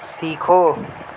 سیکھو